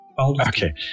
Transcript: Okay